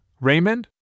Raymond